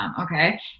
Okay